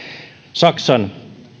saksan